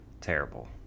Terrible